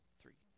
three